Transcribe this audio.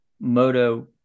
Moto